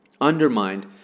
undermined